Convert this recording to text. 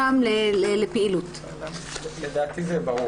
אני אומר מספר מילים ממש בקצרה על אותם מאפיינים ייחודיים.